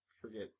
forget